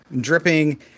dripping